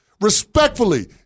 Respectfully